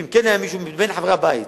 ואם כן היה מישהו מבין חברי הבית,